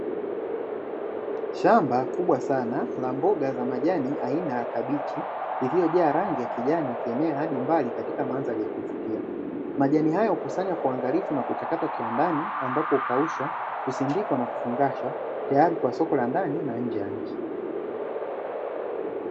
Shamba kubwa sana la mboga za majani aina ya kabichi, iliyojaa rangi ya kijani uenee hadi mbali katika mwanzali ya kufikia. Majani hayo hukusanywa kwa uangalifu na kuchakatwa kiwandani ambapo ukaushwa, usindikwa na kufungashwa tayari kwa soko la ndani na nje ya nchi.